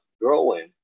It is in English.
Growing